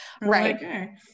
right